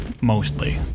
mostly